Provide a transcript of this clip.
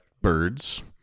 Birds